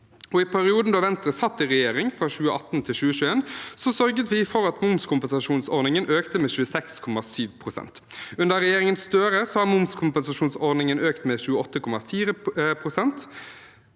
I perioden da Venstre satt i regjering, fra 2018 til 2021, sørget vi for at momskompensasjonsordningen økte med 26,7 pst. Under regjeringen Støre har momskompensasjonsordningen økt med 28,4